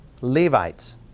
Levites